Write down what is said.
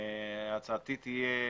הצעתי תהיה